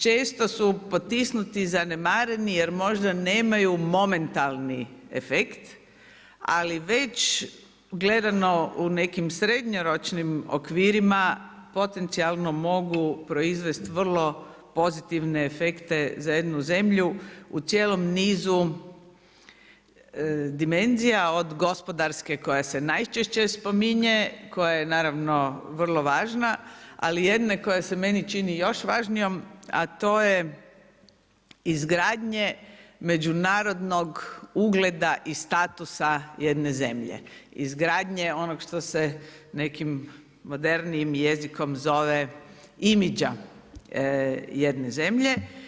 Često su potisnuti i zanemareni jer možda nemaju momentalni efekt, ali već gledano u nekim srednjoročnim okvirima potencijalno mogu proizvest vrlo pozitivne efekte za jednu zemlju u cijelom nizu dimenzija od gospodarske koja se najčešće spominje koja je naravno vrlo važna, ali i jedne koja se meni čini još važnijom a to je izgradnje međunarodnog ugleda i statusa jedne zemlje, izgradnje onog što se nekim modernijim jezikom zove imidža jedne zemlje.